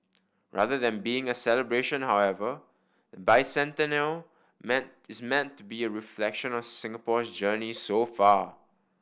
rather than being a celebration however the bicentennial is meant to be a reflection on Singapore's journey so far